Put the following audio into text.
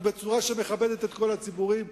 בצורה שמכבדת את כל הציבורים,